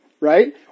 Right